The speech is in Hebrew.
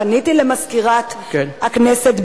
פניתי למזכירת הכנסת,